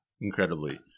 incredibly